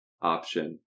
option